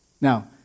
Now